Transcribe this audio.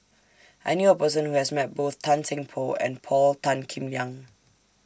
I knew A Person Who has Met Both Tan Seng Poh and Paul Tan Kim Liang